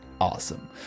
awesome